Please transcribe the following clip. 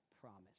promise